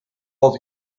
old